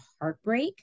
heartbreak